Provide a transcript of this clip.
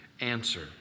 Answer